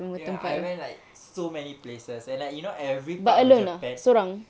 ya I went like so many places and like you know every part of japan